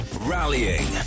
rallying